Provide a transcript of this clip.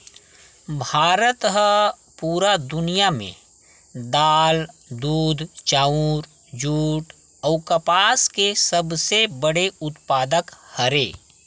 भारत हा पूरा दुनिया में दाल, दूध, चाउर, जुट अउ कपास के सबसे बड़े उत्पादक हरे